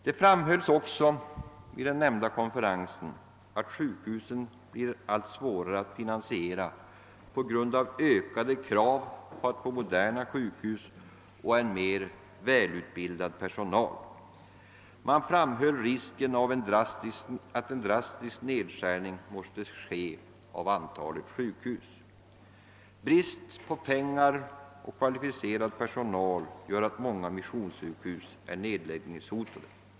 Det framhölls också vid den nämnda konferensen att sjukhusen blir allt svårare att finansiera på grund av ökade krav på modern sjukhusutrustning och en än mer välutbildad personal. Man underströk risken av att en drastisk nedskärning måste ske av antalet sjukhus. Brist på pengar och kvalificerad personal gör således att många missionssjukhus är nedläggningshotade.